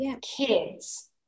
kids